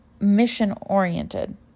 mission-oriented